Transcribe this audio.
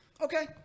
Okay